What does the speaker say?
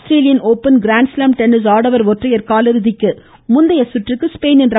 Australian open grand slam tennis ஆடவா் ஒற்றையா் காலிறுதிக்கு முந்தைய சுற்றுக்கு ஸ்பெயினின் ர